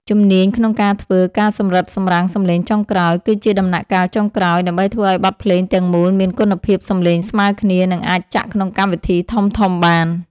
ជំនាញក្នុងការធ្វើ ការសម្រិតសម្រាំងសំឡេងចុងក្រោយ គឺជាដំណាក់កាលចុងក្រោយ ដើម្បីធ្វើឱ្យបទភ្លេងទាំងមូលមានគុណភាពសំឡេងស្មើគ្នា និងអាចចាក់ក្នុងកម្មវិធីធំៗបាន។